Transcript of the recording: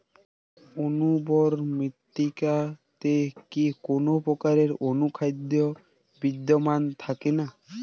অনুর্বর মৃত্তিকাতে কি কোনো প্রকার অনুখাদ্য বিদ্যমান থাকে না?